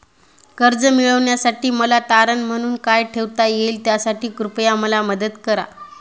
कर्ज मिळविण्यासाठी मला तारण म्हणून काय ठेवता येईल त्यासाठी कृपया मला मदत करा